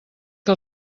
que